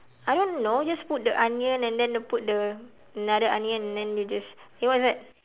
I don't know just put the onion and then put the another onion and then you just eh what's that